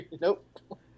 Nope